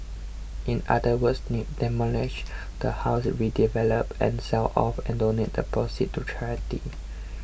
in other words demolish the house redevelop and sell off and donate the proceeds to charity